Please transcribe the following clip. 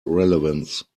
relevance